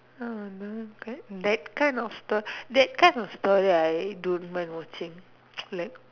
oh no but that kind of sto that kind of story I don't mind watching like